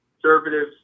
conservatives